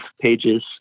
pages